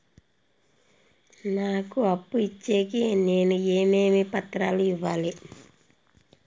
నాకు అప్పు ఇచ్చేకి నేను ఏమేమి పత్రాలు ఇవ్వాలి